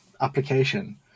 application